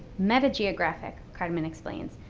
meta-geographic, carmen explains,